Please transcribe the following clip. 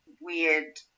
weird